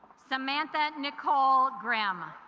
samantha nicole grandma